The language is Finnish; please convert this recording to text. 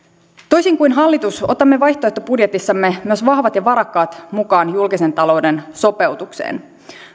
toisin kuin hallitus otamme vaihtoehtobudjetissamme myös vahvat ja varakkaat mukaan julkisen talouden sopeutukseen